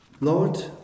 Lord